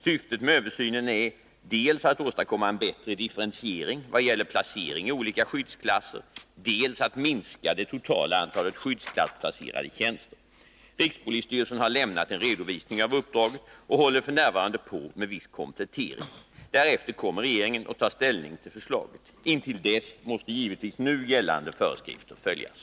Syftet med översynen är dels att åstadkomma en bättre differentiering vad gäller placering i olika skyddsklasser, dels att minska det totala antalet skyddsklassplacerade tjänster. Rikspolisstyrelsen har lämnat en redovisning av uppdraget och håller f. n. på med viss komplettering. Därefter kommer regeringen att ta ställning till förslaget. Intill dess måste givetvis nu gällande föreskrifter följas.